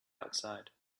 outside